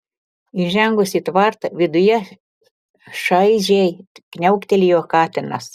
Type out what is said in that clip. įžengus į tvartą viduje šaižiai kniauktelėjo katinas